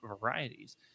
varieties